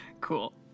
Cool